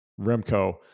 Remco